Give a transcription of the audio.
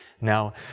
Now